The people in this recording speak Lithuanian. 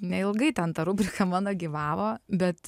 neilgai ten ta rubrika mano gyvavo bet